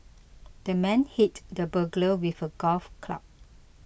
the man hit the burglar with a golf club